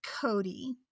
cody